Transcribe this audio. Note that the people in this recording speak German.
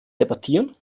debattieren